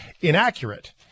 inaccurate